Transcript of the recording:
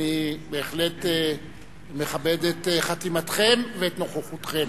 אני בהחלט מכבד את חתימתכם ואת נוכחותכם.